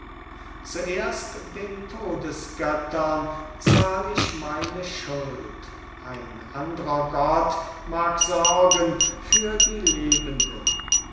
zuerst den todesgöttern zahl ich meine schuld ein andrer gott mag sorgen für die lebenden